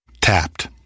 Tapped